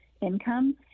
income